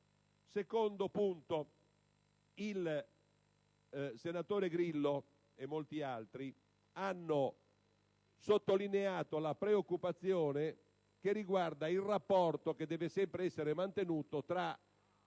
secondo luogo, il senatore Grillo e molti altri hanno sottolineato la preoccupazione che riguarda il rapporto che deve sempre essere mantenuto tra